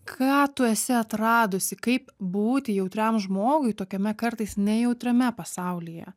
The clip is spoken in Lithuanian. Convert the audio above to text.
ką tu esi atradusi kaip būti jautriam žmogui tokiame kartais nejautriame pasaulyje